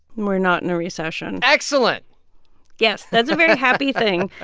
we're not in a recession excellent yes, that's a very happy thing.